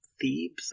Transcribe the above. Thebes